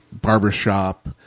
barbershop